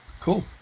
Cool